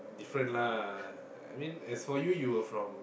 different lah I mean as for you you were from